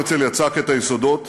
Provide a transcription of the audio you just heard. הרצל יצק את היסודות,